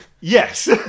Yes